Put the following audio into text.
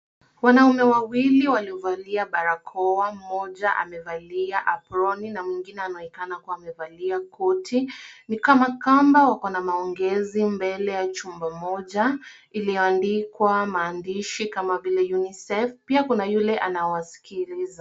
Wanaume wawili waliovalia barakoa, mmoja amevalia aproni na mwingine anaonekana kuwa amevalia koti, ni kama kwamba wako na maongezi mbele ya chumba moja iliyoandikwa maandishi kama vile UNICEF, pia kuna yule anawasikiliza.